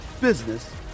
business